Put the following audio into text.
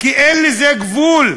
כי אין לזה גבול.